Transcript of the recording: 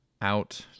out